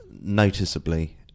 Noticeably